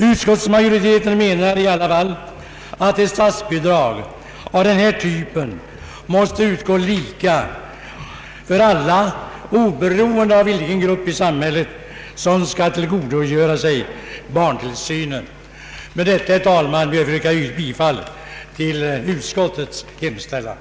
Utskottsmajoriteten anser att ett statsbidrag av denna typ måste utgå enligt samma regler till alla, oberoende av vilken grupp i samhället som skall tillgodogöra sig barntillsynen. Herr talman! Med det anförda ber jag att få yrka bifall till utskottets hemställan.